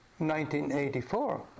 1984